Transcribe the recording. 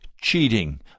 cheating